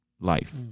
life